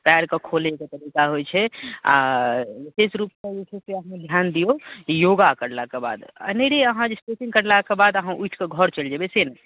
पयरके खोलैके तरीका होइ छै आओर किछु रूपमे जे छै से अपने ध्यान दियौ योगा करलाक बाद अनेरे अहाँ जे स्ट्रेचिंग करलाके बाद अहाँ उठिकऽ घर चलि जेबै से नहि